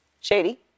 shady